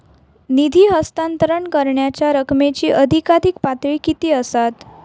निधी हस्तांतरण करण्यांच्या रकमेची अधिकाधिक पातळी किती असात?